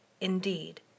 Indeed